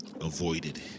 avoided